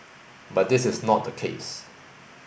but this is not the case